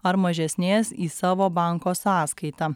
ar mažesnės į savo banko sąskaitą